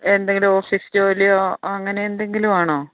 എന്തെങ്കിലും ഓഫീസ് ജോലിയോ അങ്ങനെ എന്തെങ്കിലും ആണോ